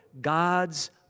God's